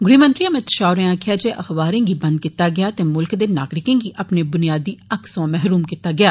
गृह मंत्री अमित षाह होरें आक्खेआ जे अखबारें गी बंद कीता गेआ ते मुल्ख दे नागरिकें गी अपने बुनियादी हकें सोआं महरूम कीता गेआ